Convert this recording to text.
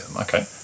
Okay